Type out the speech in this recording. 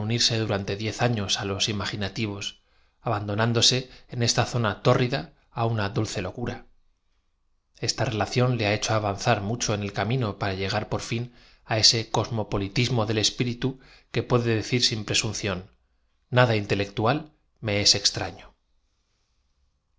durante diez afios á los imagi nativos abandonándose en esta zona tórrida á una dulce locura esta relación le ha hecho avan zar mu cho en el camino para lle g a r por ña á ese cosmopoli tismo del espíritu que puede decir sin presunción kada intelectual me es extraño